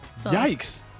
Yikes